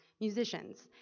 musicians